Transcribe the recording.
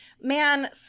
man